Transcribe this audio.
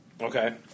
Okay